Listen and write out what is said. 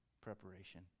preparation